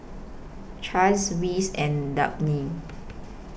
Chaz Wes and Dabney